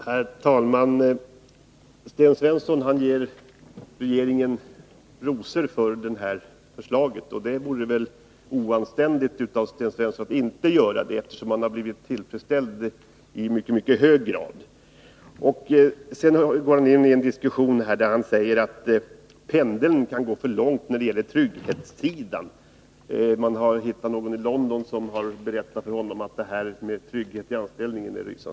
Herr talman! Sten Svensson ger regeringen rosor för det här förslaget, och det vore väl oanständigt av Sten Svensson att inte göra det, eftersom han blivit tillfredsställd i mycket mycket hög grad. Pendeln kan gå för långt när det gäller tryggheten, säger Sten Svensson, och han har hittat någon i London som berättat att det här med trygghet i anställningen är rysansvärt.